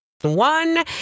One